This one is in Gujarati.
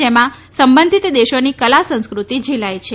જેમાં સંબંધિત દેશોની કલા સંસ્કૃતિ ઝીલાય છે